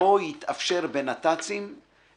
שבו יתאפשר לנסוע